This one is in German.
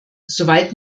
soweit